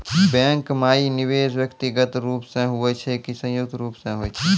Bank माई निवेश व्यक्तिगत रूप से हुए छै की संयुक्त रूप से होय छै?